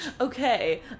Okay